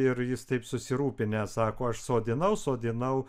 ir jis taip susirūpinęs sako aš sodinau sodinau